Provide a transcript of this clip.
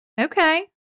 okay